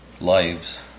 lives